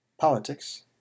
Politics